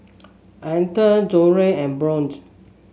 Althea Julio and Bjorn